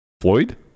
Floyd